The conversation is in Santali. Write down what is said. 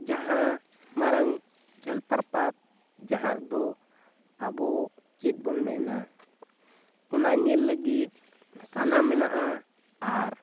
ᱡᱟᱦᱟᱸ ᱢᱟᱨᱟᱝ ᱡᱚᱞᱚᱯᱚᱨᱯᱟᱛ ᱡᱟᱦᱟᱸᱨᱮᱫᱚ ᱟᱵᱚ ᱪᱮᱫᱵᱚᱱ ᱢᱮᱱᱟ ᱚᱱᱟ ᱧᱮᱞ ᱞᱟᱹᱜᱤᱫ ᱥᱟᱱᱟ ᱢᱮᱱᱟᱜᱼᱟ ᱟᱨ